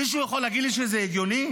מישהו יכול להגיד לי שזה הגיוני?